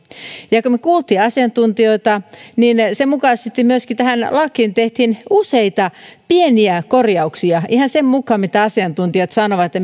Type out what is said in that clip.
kun me kuulimme asiantuntijoita niin sen mukaisesti myöskin tähän lakiin tehtiin useita pieniä korjauksia ihan sen mukaan mitä asiantuntijat sanoivat ja